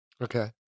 Okay